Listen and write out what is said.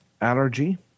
Allergy